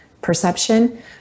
perception